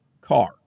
car